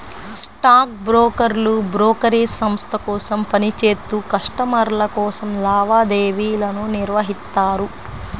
stock బ్రోకర్లు brokerage సంస్థ కోసం పని చేత్తూ కస్టమర్ల కోసం లావాదేవీలను నిర్వహిత్తారు